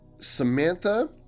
Samantha